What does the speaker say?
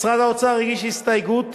משרד האוצר הגיש הסתייגות,